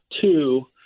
two